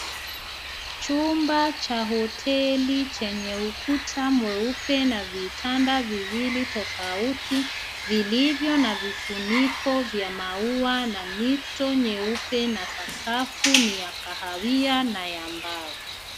Chumba cha hoteli chenye ukuta mweupe na vitanda viwili tofauti vilivyo na vifuniko vya maua na mito nyeupe na sakafu ni ya kahawia na mbao.